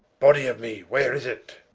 body a me where is it?